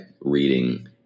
reading